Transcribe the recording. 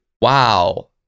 Wow